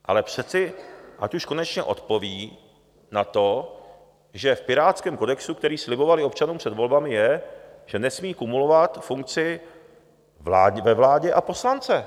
Ale přeci, ať už konečně odpoví na to, že v pirátském kodexu, který slibovali občanům před volbami, je, že nesmí kumulovat funkci ve vládě a poslance.